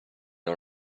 all